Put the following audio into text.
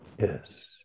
Yes